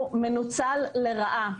הוא מנוצל לרעה,